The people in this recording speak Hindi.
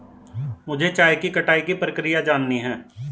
मुझे चाय की कटाई की प्रक्रिया जाननी है